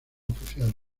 oficial